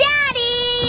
Daddy